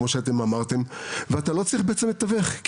כמו שאתם אמרתם ואתה לא צריך בעצם מתווך.